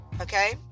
okay